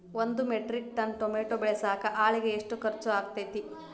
ಒಂದು metric tonne tomato ಬೆಳಸಾಕ್ ಆಳಿಗೆ ಎಷ್ಟು ಖರ್ಚ್ ಆಕ್ಕೇತ್ರಿ?